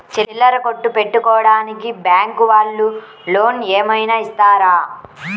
చిల్లర కొట్టు పెట్టుకోడానికి బ్యాంకు వాళ్ళు లోన్ ఏమైనా ఇస్తారా?